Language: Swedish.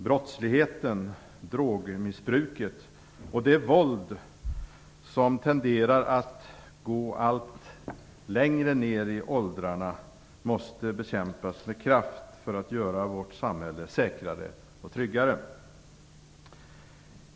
Brottsligheten, drogmissbruket och det våld som tenderar att gå allt längre ned i åldrarna måste bekämpas med kraft för att göra vårt samhälle säkrare och tryggare.